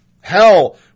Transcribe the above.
Hell